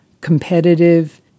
competitive